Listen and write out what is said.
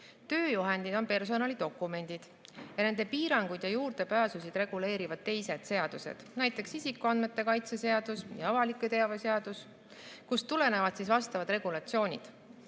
Tööjuhendid on personalidokumendid ja nende piiranguid ja neile juurdepääsu reguleerivad teised seadused, näiteks isikuandmete kaitse seadus ja avaliku teabe seadus, kust tulenevad vastavad regulatsioonid.